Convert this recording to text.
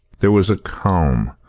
there was a calm,